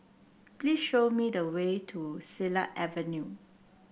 please show me the way to Silat Avenue